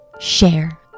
share